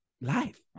life